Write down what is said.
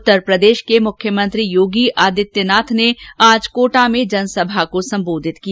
उत्तरप्रदेश के मुख्यमंत्री योगी आदित्यनाथ ने भी आज कोटा में जनसभा को सम्बोधित किया